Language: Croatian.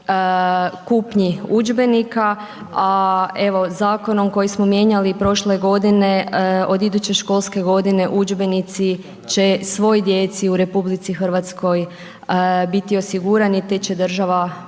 kupnji udžbenika, a evo, zakonom koji smo mijenjali prošle godine, od iduće školske godini, udžbenici će svoj djeci u RH biti osigurani te će država morati